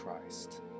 Christ